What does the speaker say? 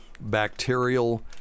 bacterial